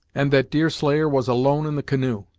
and that deerslayer was alone in the canoe.